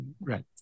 Right